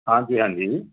ਹਾਂਜੀ ਹਾਂਜੀ